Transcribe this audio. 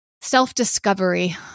self-discovery